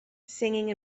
singing